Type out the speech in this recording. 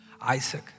Isaac